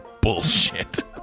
bullshit